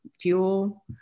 fuel